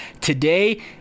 today